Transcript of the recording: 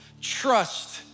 trust